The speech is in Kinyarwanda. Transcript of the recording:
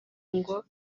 ngo